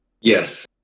Yes